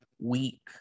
week